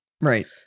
Right